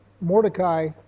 Mordecai